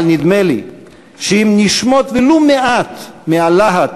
אבל נדמה לי שאם נשמוט ולו מעט מהלהט